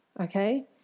okay